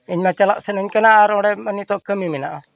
ᱤᱧ ᱢᱟ ᱪᱟᱞᱟᱜ ᱥᱟᱱᱟᱧ ᱠᱟᱱᱟ ᱟᱨ ᱚᱸᱰᱮ ᱢᱟ ᱱᱤᱛᱚᱜ ᱠᱟᱹᱢᱤ ᱢᱮᱱᱟᱜᱼᱟ